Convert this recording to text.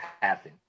happen